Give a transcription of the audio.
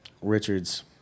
Richards